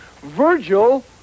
Virgil